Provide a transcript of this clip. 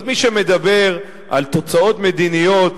אז מי שמדבר על תוצאות מדיניות